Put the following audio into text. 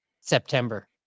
September